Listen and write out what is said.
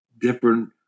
different